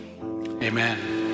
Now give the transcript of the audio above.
Amen